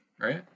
right